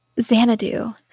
Xanadu